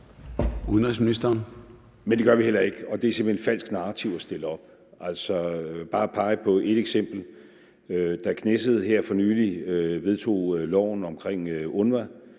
Rasmussen): Det gør vi heller ikke, og det er simpelt hen en falsk narrativ at stille op. Altså, jeg kan bare pege på et eksempel: Da Knesset her for nylig vedtog loven om UNRWA,